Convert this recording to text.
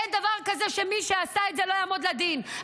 אין דבר כזה שמי שעשה את זה לא יעמוד לדין.